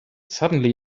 suddenly